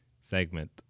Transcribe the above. segment